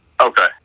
Okay